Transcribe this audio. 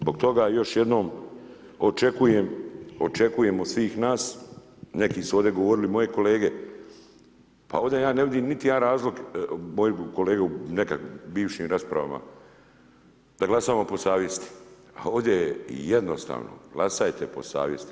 Zbog toga još jednom očekujem od svih nas, neki su ovdje govorili moje kolege, pa ovdje ja ne vidim niti jedan razlog, mojih kolega nekad u bivšim raspravama da glasamo po savjesti, a ovdje je jednostavno, glasajte po savjesti.